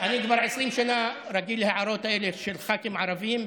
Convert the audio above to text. אני כבר 20 שנה רגיל להערות האלה של ח"כים ערבים,